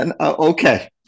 okay